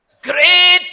Great